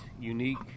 unique